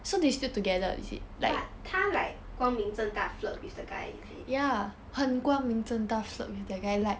but 她 like 光明正大 flirt with the guy is it